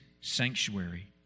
sanctuary